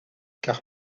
car